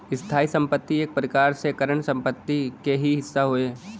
स्थायी संपत्ति एक प्रकार से करंट संपत्ति क ही हिस्सा हौ